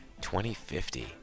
2050